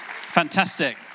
Fantastic